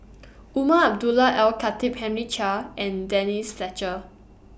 Umar Abdullah Al Khatib Henry Chia and Denise Fletcher